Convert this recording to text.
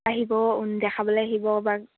আহিব দেখাবলে আহিব বা